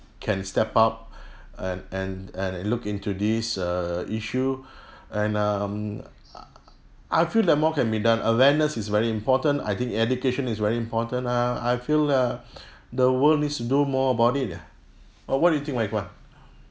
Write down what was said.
can step up and and and look into this err issue and um I feel that more can be done awareness is very important I think education is very important err I feel uh the world needs to do more about it ya what what do you think wai kwan